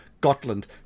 Gotland